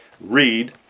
Read